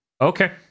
okay